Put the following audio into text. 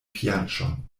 fianĉon